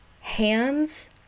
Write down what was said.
hands